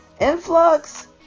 Influx